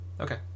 Okay